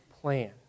plan